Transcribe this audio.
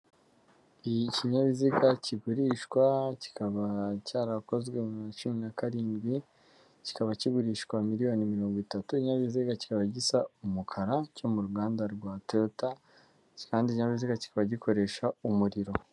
Ikinyabiziga kigurishwa kikaba cyarakozwe mu cumi nakarindwi, ikikaba kigurishwa miliyoni mirongo itatu ikininyabiziga kiba gisa umukara cyo mu ruganda rwa tota kandi ikinyabiziga kikaba gikoresha umuriro.